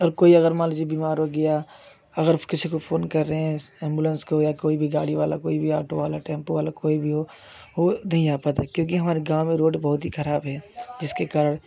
और कोई अगर मान लीजिए बीमार हो गया अगर किसी को फोन कर रहे हैं एंबुलेंस को या कोई भी गाड़ी वाला कोई भी ऑटो वाला टेंपो वाला कोई भी हो वो नहीं आ पाता क्योंकि हमारे गाँव में रोड बहुत ही खराब है जिसके कारण